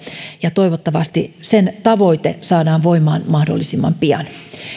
ja toivottavasti sen tavoite saadaan voimaan mahdollisimman pian